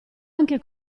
anche